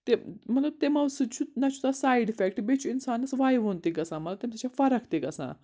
تہِ مطلب تِمو سۭتۍ چھُ نَہ تَتھ سایڈ اِفٮ۪کٹ بیٚیہِ چھُ اِنسانَس وَیوُن تہِ گژھان مگر تَمہِ سۭتۍ فرق تہِ گژھان